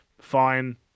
fine